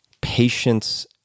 patience